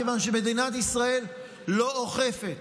כיוון שמדינת ישראל לא אוכפת.